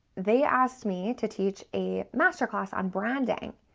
they asked me to teach a masterclass on branding,